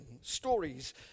stories